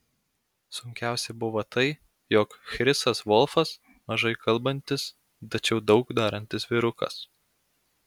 sunkiausia buvo tai jog chrisas volfas mažai kalbantis tačiau daug darantis vyrukas